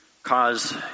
cause